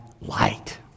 light